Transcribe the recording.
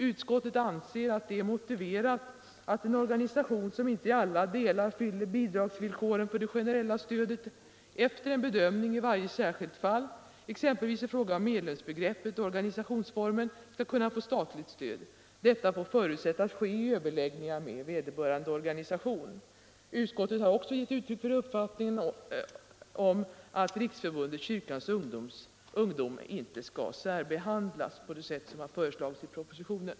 Utskottet anser att det är motiverat att en organisation som inte till alla delar fyller bidragsvillkoren för det generella stödet efter en bedömning i varje särskilt fall, exempelvis i fråga om medlemsbegreppet och organisationsformen, skall kunna få statligt stöd. Denna bedömning får förutsättas ske vid överläggningar med vederbörande organisation. Utskottet har också givit uttryck för uppfattningen att Riksförbundet Kyrkans ungdom inte skall särbehandlas på det sätt som har föreslagits i propositionen.